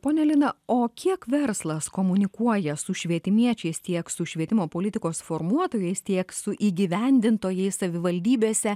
ponia lina o kiek verslas komunikuoja su švietimiečiais tiek su švietimo politikos formuotojais tiek su įgyvendintojais savivaldybėse